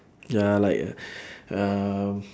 ya like a um